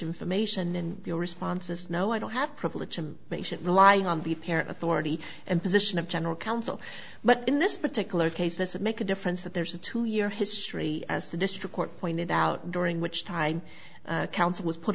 information in your responses no i don't have privilege i'm relying on the parent authority and position of general counsel but in this particular case this would make a difference that there's a two year history as the district court pointed out during which time counsel was put